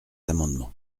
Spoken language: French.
amendement